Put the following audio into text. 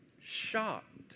shocked